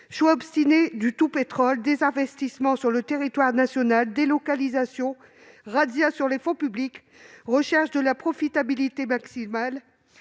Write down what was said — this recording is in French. Choix obstiné du tout-pétrole, désinvestissement sur le territoire national, délocalisations, razzia sur les fonds publics, recherche du profit maximal,